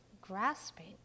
grasping